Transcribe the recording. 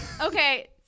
Okay